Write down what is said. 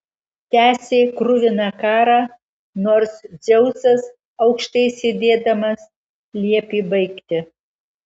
tęsė kruviną karą nors dzeusas aukštai sėdėdamas liepė baigti